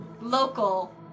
local